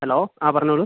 hello ആ പറഞ്ഞോളൂ